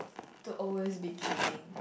to always be giving